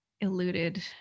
eluded